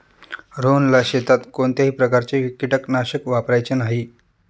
रोहनला शेतात कोणत्याही प्रकारचे कीटकनाशक वापरायचे नाही